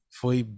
foi